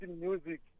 music